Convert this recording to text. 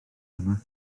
yma